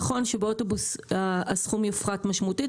נכון שבאוטובוס הסכום יופחת משמעותית,